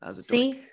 See